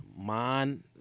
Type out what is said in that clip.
Man